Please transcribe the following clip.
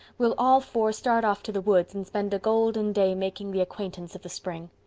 we'll all four start off to the woods and spend a golden day making the acquaintance of the spring.